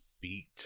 beat